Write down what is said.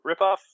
ripoff